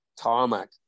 tarmac